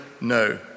no